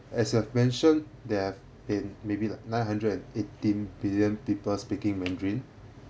as you've mentioned there have been maybe like nine hundred and eighteen billion people speaking mandarin